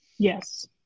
Yes